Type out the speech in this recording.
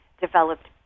developed